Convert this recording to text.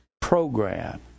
program